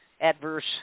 adverse